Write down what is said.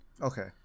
Okay